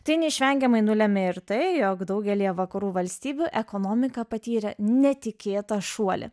tai neišvengiamai nulėmė ir tai jog daugelyje vakarų valstybių ekonomika patyrė netikėtą šuolį